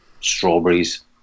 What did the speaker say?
strawberries